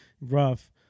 rough